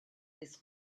this